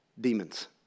demons